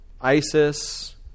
ISIS